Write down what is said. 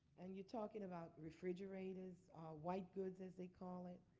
and you're talking about refrigerators white goods as they call it